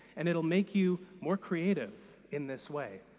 and it'll make you more creative in this way.